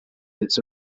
its